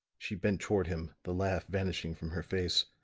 she bent toward him, the laugh vanishing from her face,